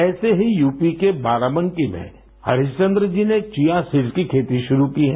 ऐसे ही यूपी के बाराबंकी में हरिश्चंद्र जी ने चिया सीड़स की खेती शुरू की है